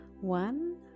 one